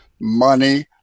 money